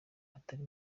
atari